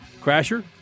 Crasher